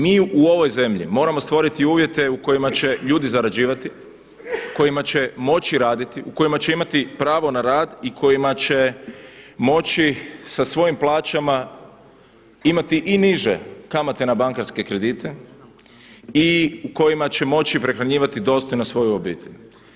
Mi u ovoj zemlji moramo stvoriti uvjete u kojima će ljudi zarađivati, u kojima će moći raditi, u kojima će imati pravo na rad i kojima će sa svojim plaćama imati i niže kamate na bankarske redite i u kojima će moći prehranjivati dostojno svoju obitelj.